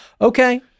Okay